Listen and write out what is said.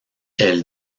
elle